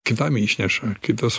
kitam išneša kitas